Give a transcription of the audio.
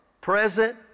present